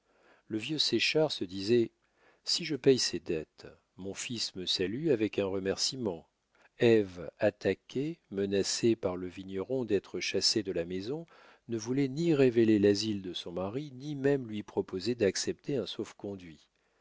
le vieux séchard se disait si je paye ses dettes mon fils me salue avec un remercîment ève attaquée menacée par le vigneron d'être chassée de la maison ne voulait ni révéler l'asile de son mari ni même lui proposer d'accepter un sauf-conduit